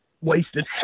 wasted